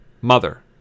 Mother